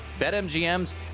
BetMGM's